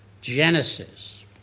Genesis